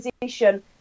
position